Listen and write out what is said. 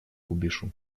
кубишу